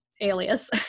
alias